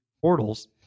portals